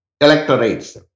electorates